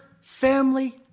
family